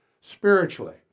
spiritually